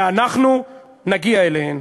ואנחנו נגיע אליהן.